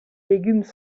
légumes